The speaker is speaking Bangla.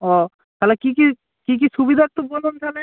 ও তাহলে কী কী কী কী সুবিধা একটু বলুন তাহলে